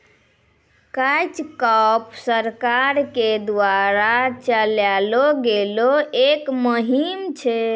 catch कॉर्प सरकार के द्वारा चलैलो गेलो एक मुहिम छै